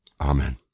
Amen